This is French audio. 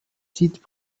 sites